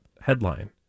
headline